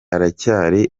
aracyari